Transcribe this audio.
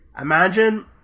imagine